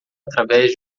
através